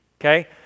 okay